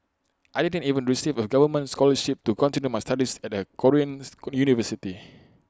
I didn't even receive A government scholarship to continue my studies at A Koreans university